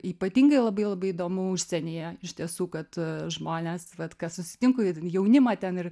ypatingai labai labai įdomu užsienyje iš tiesų kad žmonės vat ką susitinku ir jaunimą ten ir